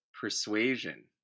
persuasion